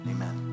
Amen